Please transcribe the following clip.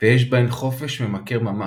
ויש בהן חופש ממכר ממש,